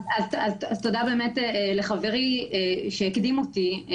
תודה לחברי שהקדים אותי.